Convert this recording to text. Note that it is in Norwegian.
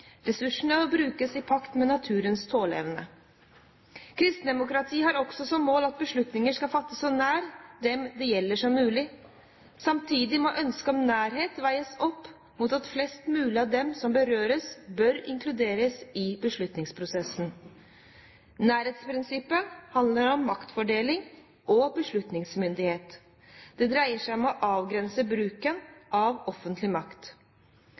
Ressursene må brukes i pakt med naturens tåleevne. Kristendemokratiet har også som mål at beslutninger skal fattes så nær som mulig dem det gjelder. Samtidig må ønsket om nærhet veies opp mot at flest mulig av dem som berøres, inkluderes i beslutningsprosessen. Nærhetsprisnippet handler om maktfordeling og beslutningsmyndighet. Det dreier seg om å avgrense bruken av offentlig makt.